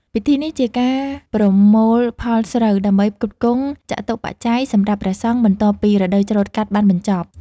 ពិធីនេះជាការប្រមូលផលស្រូវដើម្បីផ្គត់ផ្គង់ចតុប្បច្ច័យសម្រាប់ព្រះសង្ឃ បន្ទាប់ពីរដូវច្រូតកាត់បានបញ្ចប់ ។